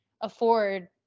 afford